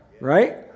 right